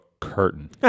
curtain